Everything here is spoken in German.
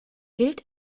gilt